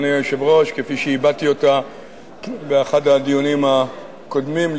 כפי שהבעתי אותה באחד הדיונים הקודמים,